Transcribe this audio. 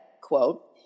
quote